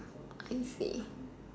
I see